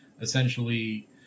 essentially